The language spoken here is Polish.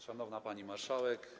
Szanowna Pani Marszałek!